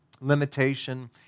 limitation